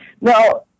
Now